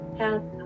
help